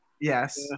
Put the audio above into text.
Yes